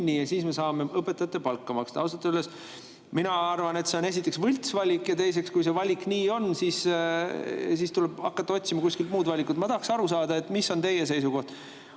ja siis me saame õpetajatele palka maksta. Ausalt öeldes mina arvan, et esiteks, see on võltsvalik, ja teiseks, kui see valik on niisugune, siis tuleb hakata otsima kuskilt muud valikut. Ma tahaksin aru saada, mis on teie seisukoht.